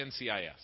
NCIS